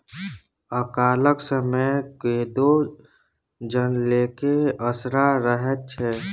अकालक समय कोदो जनरेके असरा रहैत छै